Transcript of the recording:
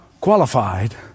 qualified